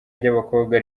ry’abakobwa